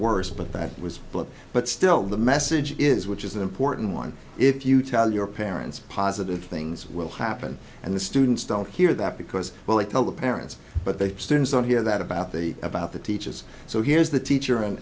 worse but that was a blip but still the message is which is an important one if you tell your parents positive things will happen and the students don't hear that because well they tell the parents but the students don't hear that about they about the teachers so here's the teacher and